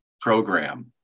program